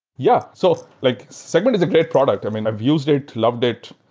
yeah. so like segment is a great product. i mean, i've used it, loved it.